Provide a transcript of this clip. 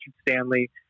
Stanley